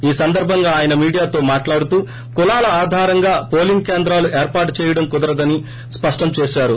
ఈ సందర్భంగా ఆయన మీడియాతో మాట్లాడుతూ కులాల ఆధారంగా పోలింగ్ కేంద్రాలు ఏర్పాటు చేయడం కుదరదని స్పష్టం చేశారు